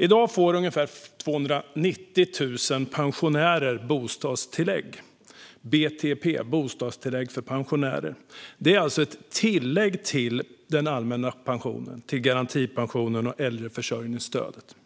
I dag får ungefär 290 000 pensionärer BTP, bostadstillägg för pensionärer. Det är ett tillägg till den allmänna pensionen, garantipensionen och äldreförsörjningsstödet.